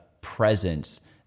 presence